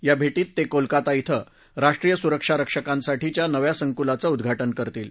या भे ति ते कोलकत्ता इथं राष्ट्रीय सुरक्षा रक्षकांसाठीच्या नव्या संकुलाचं उद्वाउं करतील